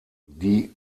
die